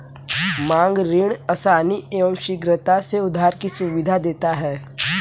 मांग ऋण आसानी एवं शीघ्रता से उधार की सुविधा देता है